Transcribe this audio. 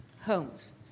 homes